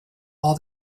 all